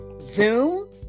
Zoom